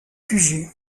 puget